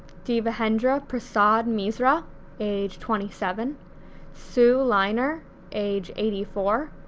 devendra prasad misra age twenty seven sue liner age eighty four,